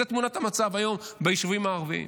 וזה תמונת המצב היום ביישובים הערביים.